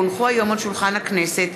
כי הונחו היום על שולחן הכנסת,